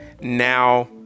now